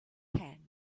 can